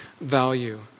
value